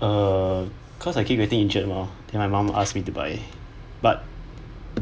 err cause I keep getting injured lor then my mum asked me to buy but